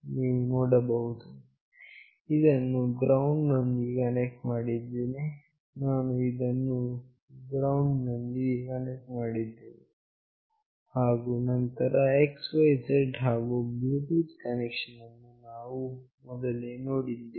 ನೀವು ನೋಡಬಹುದು ನಾನು ಇದನ್ನು GND ಯೊಂದಿಗೆ ಕನೆಕ್ಟ್ ಮಾಡಿದ್ದೇನೆ ನಾನು ಇದನ್ನು GND ಯೊಂದಿಗೆ ಕನೆಕ್ಟ್ ಮಾಡಿದ್ದೇನೆ ಹಾಗು ನಂತರ xyz ಹಾಗು ಬ್ಲೂಟೂತ್ ಕನೆಕ್ಷನ್ ಅನ್ನು ನಾವು ಮೊದಲೇ ನೋಡಿದ್ದೇವೆ